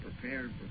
prepared